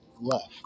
left